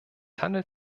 handelt